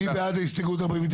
מי בעד הסתייגות 49?